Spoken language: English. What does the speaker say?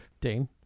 Dane